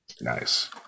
Nice